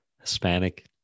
Hispanic